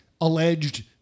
alleged